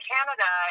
Canada